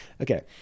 Okay